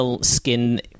skin